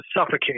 suffocate